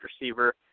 receiver